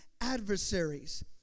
adversaries